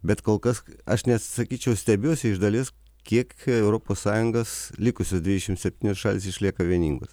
bet kol kas aš net sakyčiau stebiuosi iš dalies kiek europos sąjungos likusios dvidešim septynios šalys išlieka vieningos